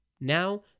Now